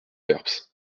lerps